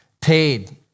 paid